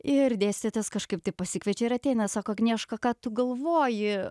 ir dėstytojas kažkaip tai pasikviečia ir ateina sako agnieška ką tu galvoji